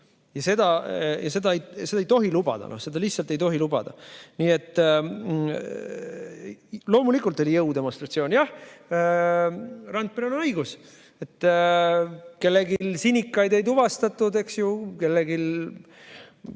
Seda ei tohi lubada, seda lihtsalt ei tohi lubada. Nii et loomulikult oli jõudemonstratsioon. Jah, Randperel on õigus, kellelgi sinikad ei tuvastatud, eks ju, sel